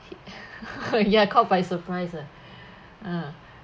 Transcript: ya caught by surprise ah ah